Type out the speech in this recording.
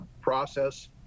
process